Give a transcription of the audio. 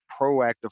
proactive